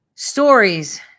Stories